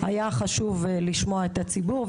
היה חשוב לנו לשמוע את הציבור,